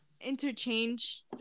interchange